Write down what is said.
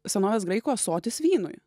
senovės graikų ąsotis vynui